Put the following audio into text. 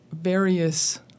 various